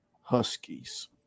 Huskies